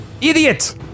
Idiot